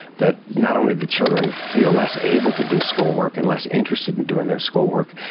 that not only did children feel less able to do schoolwork and less interested in doing their schoolwork,